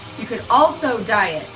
you can also dye it.